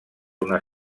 una